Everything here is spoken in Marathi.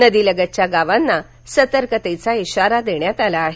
नदी लगतच्या गावांना सतर्कतेचा इशारा देण्यात आला आहे